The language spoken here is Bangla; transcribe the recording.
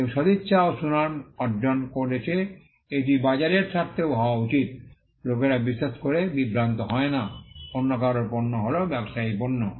এবং সদিচ্ছা ও সুনাম অর্জন করেছে এটি বাজারের স্বার্থেও হওয়া উচিত লোকেরা বিশ্বাস করে বিভ্রান্ত হয় না অন্য কারও পণ্য হল ব্যবসায়ী পণ্য